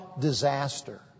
disaster